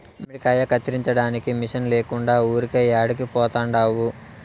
మామిడికాయ కత్తిరించడానికి మిషన్ లేకుండా ఊరికే యాడికి పోతండావు